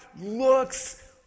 looks